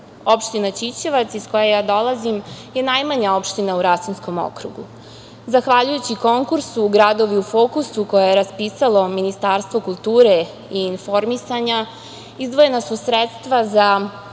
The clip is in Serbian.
Srbiji. Opština Ćićevac iz koje ja dolazim, je najmanja opština u Rasinskom okrugu. Zahvaljujući konkursu „Gradovi u fokusu“ koje je raspisalo Ministarstvo kulture i informisanja izdvojena su sredstva za